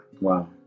Wow